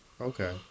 Okay